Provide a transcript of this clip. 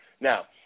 Now